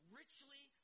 richly